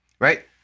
right